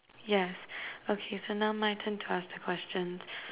yes okay so now my turn to ask the question